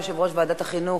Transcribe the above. יושב-ראש ועדת החינוך,